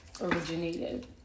originated